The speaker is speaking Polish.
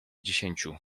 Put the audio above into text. dziesięciu